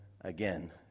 again